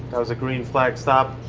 that was a green flag stop,